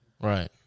Right